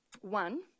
One